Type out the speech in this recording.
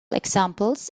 examples